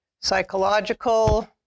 psychological